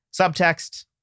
subtext